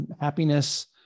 happiness